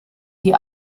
die